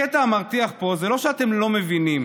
הקטע המרתיח פה זה לא שאתם לא מבינים.